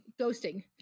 Ghosting